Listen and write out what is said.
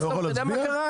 בסוף אתה יודע מה קרה?